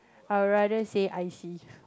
I rather say I see